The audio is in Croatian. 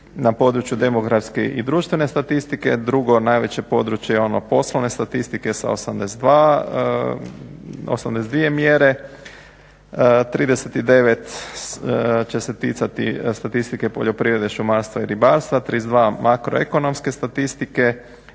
na području demografske i društvene statistike. Drugo najveće područje je ono poslovne statistike sa 82 mjere, 39 će se ticati statistike poljoprivrede, šumarstva i ribarstva, 32 makro ekonomske statistike,